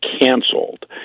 canceled